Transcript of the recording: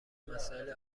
مسائل